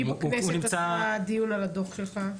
מי בכנסת עשה דיון על הדוח שלך?